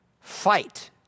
fight